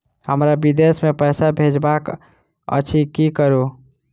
हमरा विदेश मे पैसा भेजबाक अछि की करू?